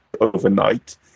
overnight